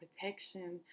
protection